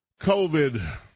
COVID